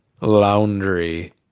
Laundry